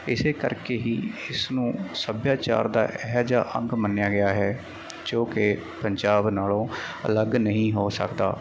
ਇਸੇ ਕਰਕੇ ਹੀ ਇਸ ਨੂੰ ਸੱਭਿਆਚਾਰ ਦਾ ਇਹ ਜਿਹਾ ਅੰਗ ਮੰਨਿਆ ਗਿਆ ਹੈ ਜੋ ਕਿ ਪੰਜਾਬ ਨਾਲੋਂ ਅਲੱਗ ਨਹੀਂ ਹੋ ਸਕਦਾ